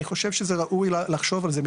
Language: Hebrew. אני חושב שזה ראוי לחשוב על זה,